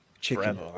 chicken